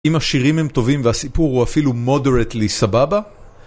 אם השירים הם טובים והסיפור הוא אפילו moderately סבבה?